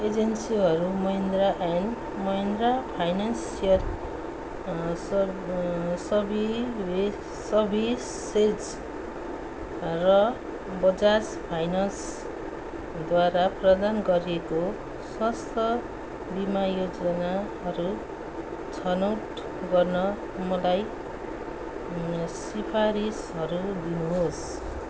एजेन्सीहरू Mahindra and Mahindra finance share services र Bajaj finance द्वारा प्रदान गरिएको स्वस्थ बिमा योजनाहरू छनौट गर्न मलाई सिफारिसहरू दिनुहोस्